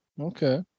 Okay